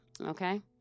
Okay